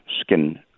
skin